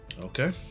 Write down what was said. Okay